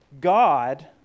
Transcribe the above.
God